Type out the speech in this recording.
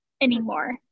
anymore